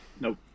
nope